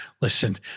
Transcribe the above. Listen